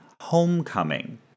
Homecoming